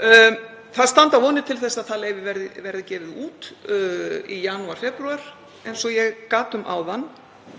Vonir standa til þess að leyfið verði gefið út í janúar, febrúar, eins og ég gat um áðan.